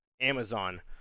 Amazon